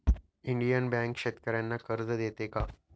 Indian bank शेतकर्यांना कर्ज देते का?